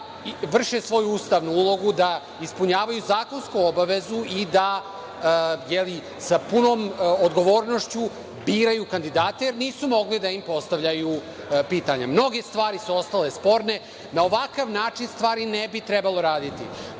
da vrše svoju ustavnu ulogu, da ispunjavaju zakonsku obavezu i da sa punom odgovornošću biraju kandidate, jer nisu mogli da im postavljaju pitanja. Mnoge stvari su ostale sporne. Na ovakav način stvari ne bi trebalo